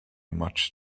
much